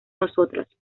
nosotros